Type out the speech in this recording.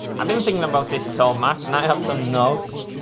i've been thinking about this so much and i have some notes.